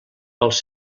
els